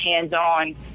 hands-on